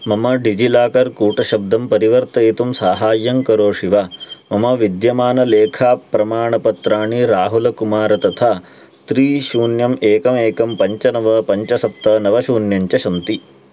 मम डिजिलाकर् कूटशब्दं परिवर्तयितुं साहाय्यं करोषि वा मम विद्यमानलेखाप्रमाणपत्राणि राहुलकुमार तथा त्रीणि शून्यम् एकम् एकं पञ्च नव पञ्च सप्त नव शून्यञ्च सन्ति